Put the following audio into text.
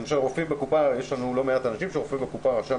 למשל יש לנו לא מעט אנשים שרופא בקופת החולים רשם